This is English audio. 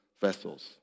vessels